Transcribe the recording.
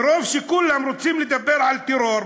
מרוב שכולם רוצים לדבר על טרור,